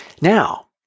Now